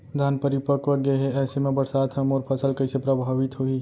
धान परिपक्व गेहे ऐसे म बरसात ह मोर फसल कइसे प्रभावित होही?